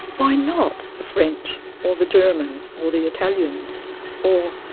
why not the french or the germans or the italians or,